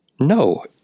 No